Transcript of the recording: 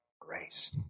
grace